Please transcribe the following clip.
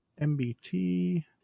MBT